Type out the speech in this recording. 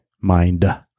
mind